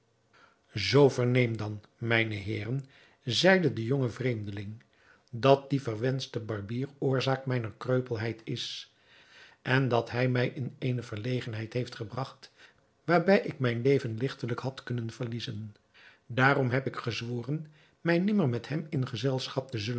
zoo verneem dan mijne heeren zeide de jonge vreemdeling dat die verwenschte barbier oorzaak mijner kreupelheid is en dat hij mij in eene verlegenheid heeft gebragt waarbij ik mijn leven ligtelijk had kunnen verliezen daarom heb ik gezworen mij nimmer met hem in gezelschap te